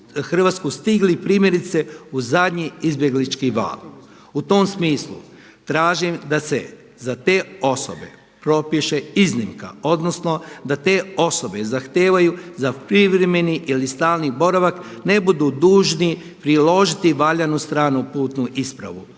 stigli primjerice u zadnji izbjeglički val. U tom smislu tražim da se za te osobe propiše iznimka, odnosno da te osobe zahtijevaju za privremeni ili stalni boravak ne budu dužni priložiti valjanu stranu putnu ispravu